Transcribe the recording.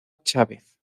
chávez